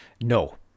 No